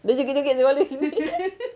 dah joget-joget kepala